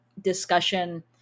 Discussion